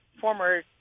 former